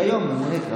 זה לא קשור,